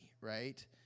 right